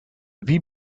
wie